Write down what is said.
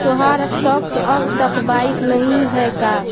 तोहार स्टॉक्स अब तक बाइक नही हैं का